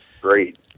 great